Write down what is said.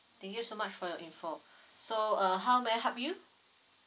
thank you so much for your info so uh how may I help you